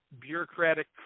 bureaucratic